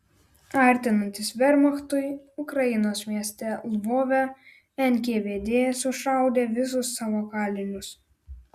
artinantis vermachtui ukrainos mieste lvove nkvd sušaudė visus savo kalinius